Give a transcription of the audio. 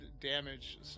damage